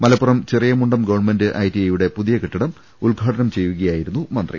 Malappuram Cheriyamundam government I T പുതിയ കെട്ടിടം ഉദ്ഘാടനം ചെയ്യുകയായിരുന്നു മന്ത്രി